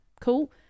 cool